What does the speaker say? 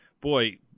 boy